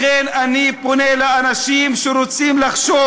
לכן אני פונה אל האנשים שרוצים לחשוב: